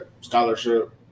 scholarship